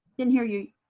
and hear you.